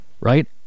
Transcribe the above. right